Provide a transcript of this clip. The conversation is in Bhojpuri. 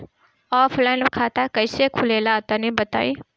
ऑफलाइन खाता कइसे खुलेला तनि बताईं?